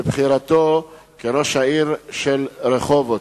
על בחירתו לראש העיר של רחובות.